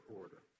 order